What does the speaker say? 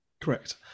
correct